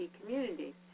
community